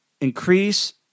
increase